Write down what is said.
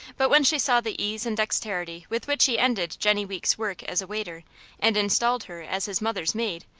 but when she saw the ease and dexterity with which he ended jennie weeks' work as a waiter and installed her as his mother's maid,